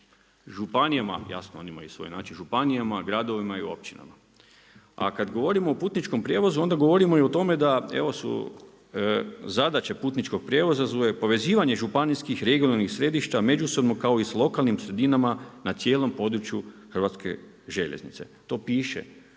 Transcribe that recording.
županijama, jasno oni imaju svoj način, županijama, gradovima i općinama. A kad govorimo o putničkom prijevozu onda govorimo i o tome evo su zadaće putničkih prijevoza, povezivanje županijskih, regionalnih središta, međusobno kao i sa lokalnim sredinama na cijelom području Hrvatske željeznice. To piše u